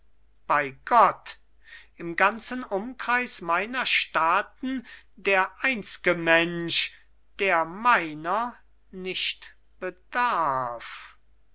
bei gott im ganzen umkreis meiner staaten der einzge mensch der meiner nicht bedarf